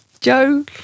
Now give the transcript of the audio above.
joe